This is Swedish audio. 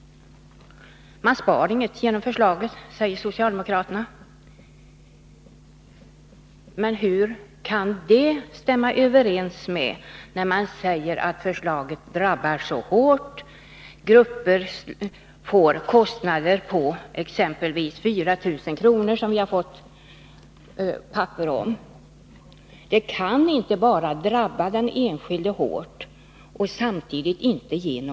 Man spar inget genom förslaget, säger socialdemokraterna. Men hur kan det stämma överens med deras uttalanden om att förslaget drabbar så hårt? Vissa grupper skulle, enligt papper som vi har erhållit, få kostnader på exempelvis 4 000 kr. Omläggningen kan inte drabba den enskilde hårt utan att samtidigt ha någon spareffekt.